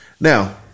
now